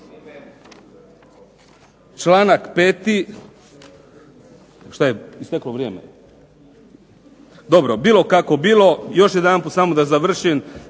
Članak 5. Šta je isteklo vrijeme? Dobro. Bilo kako bilo, još jedanput samo da završim.